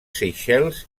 seychelles